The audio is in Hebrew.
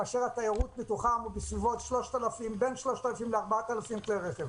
כאשר התיירות בתוכם בין 3,000 ל-4,000 כלי רכב.